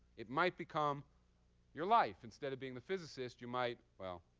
it might become your life. instead of being the physicist, you might well,